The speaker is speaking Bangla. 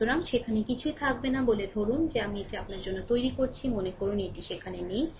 সুতরাং সেখানে কিছুই থাকবে না বলে ধরুন যে আমি এটি আপনার জন্য তৈরি করছি মনে করুন এটি সেখানে নেই